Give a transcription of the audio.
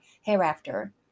hereafter